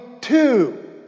two